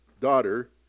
daughter